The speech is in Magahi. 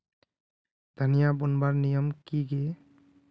धनिया बूनवार नियम की गे?